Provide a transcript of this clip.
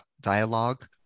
dialogue